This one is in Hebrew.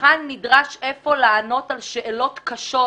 הנבחן נדרש אפוא לענות על שאלות קשות